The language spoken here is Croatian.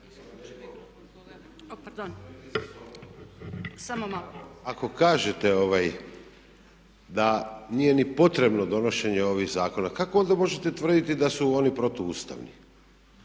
Ako kažete da nije ni potrebno donošenje ovih zakona kako onda možete tvrditi da su oni protuustavni?